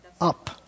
up